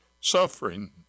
suffering